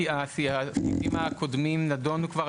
הסעיפים הקודמים נדונו כבר,